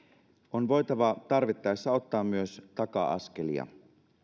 on voitava tarvittaessa ottaa myös taka askelia